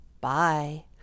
Bye